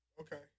Okay